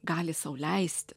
gali sau leisti